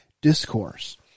discourse